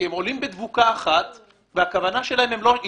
כי הם עולים בדבוקה אחת והכוונה שלהם היא